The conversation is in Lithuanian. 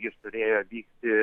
jis turėjo vykti